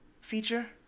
feature